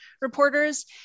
reporters